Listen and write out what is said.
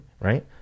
right